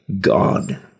God